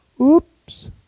Oops